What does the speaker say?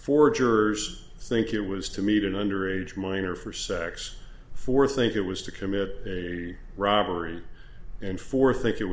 for jurors think it was to meet an underage minor for sex for think it was to commit a robbery and for think it